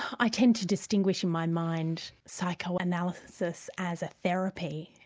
i tend to distinguish in my mind psychoanalysis as a therapy,